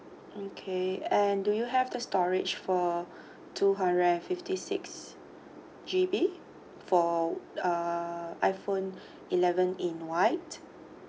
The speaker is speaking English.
okay and do you have the storage for two hundred and fifty six G_B for uh iPhone eleven in white